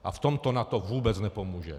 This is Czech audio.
A v tomto NATO vůbec nepomůže.